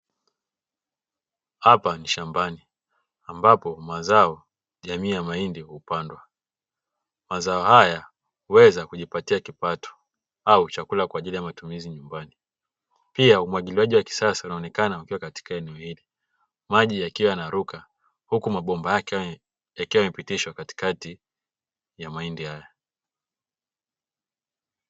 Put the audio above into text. Hapa ni shambani ambapo mazao jamii ya mahindi hupandwa mazao haya huweza kujipatia kipato au chakula kwa ajili ya matumizi nyumbani pia humwagiliaji wa kisasa unaonekana ukiwa katika eneo hili maji yakiwa yana ruka huku mabomba yake yakiwa yamepitishwa katikati ya mahindi hayo.